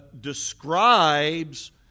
describes